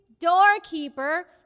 doorkeeper